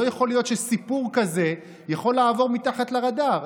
לא יכול להיות שסיפור כזה יכול לעבור מתחת לרדאר.